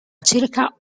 circa